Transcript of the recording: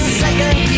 second